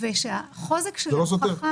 דבש וסוכר